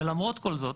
ולמרות כל זאת,